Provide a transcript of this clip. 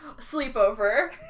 Sleepover